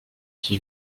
qui